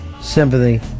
sympathy